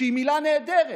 שהיא מילה נהדרת,